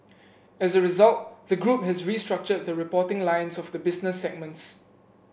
as a result the group has restructured the reporting lines of the business segments